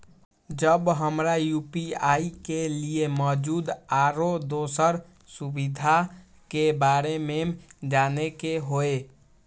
जब हमरा यू.पी.आई के लिये मौजूद आरो दोसर सुविधा के बारे में जाने के होय?